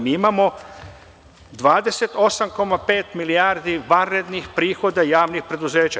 Mi imamo 28,5 milijardi vanrednih prihoda javnih preduzeća.